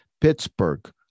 Pittsburgh